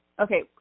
Okay